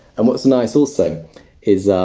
and what's nice also is,